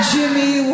Jimmy